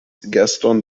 geston